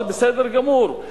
זה בסדר גמור,